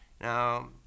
Now